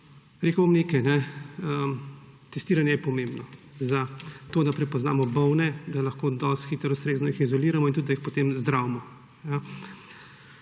rekel bom nekaj, testiranje je pomembno zato, da prepoznamo bolne, da jih lahko dovolj hitro ustrezno izoliramo in tudi potem zdravimo.